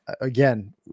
again